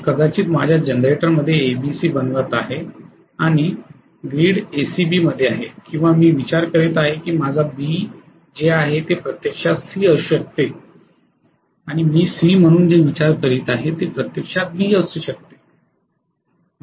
मी कदाचित माझ्या जनरेटरमध्ये एबीसी बनवित आहे ग्रिड एसीबी मध्ये आहे किंवा मी विचार करीत आहे की माझे बी जे आहे ते प्रत्यक्षात सी असू शकते आणि मी सी म्हणून जे विचार करीत आहे ते प्रत्यक्षात बी असू शकते